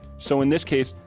so in this case,